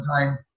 time